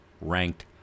ranked